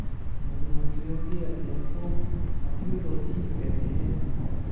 मधुमक्खियों के अध्ययन को अपियोलोजी कहते हैं